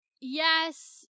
yes